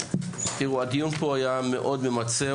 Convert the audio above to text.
תיראו, הדיון היה מאוד ממצה.